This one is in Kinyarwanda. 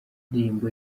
indirimbo